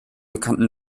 bekannten